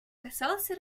касался